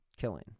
killing